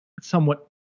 somewhat